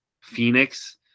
Phoenix